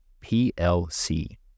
PLC